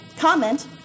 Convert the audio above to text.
comment